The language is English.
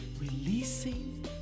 Releasing